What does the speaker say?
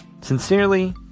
Sincerely